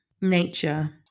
nature